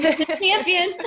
champion